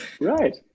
Right